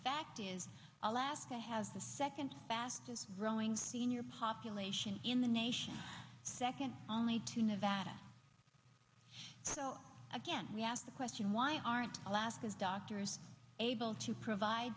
fact is alaska has the second fastest growing senior population in the nation second only to nevada so again we ask the question why aren't alaska's doctors able to provide